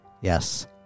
Yes